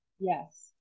Yes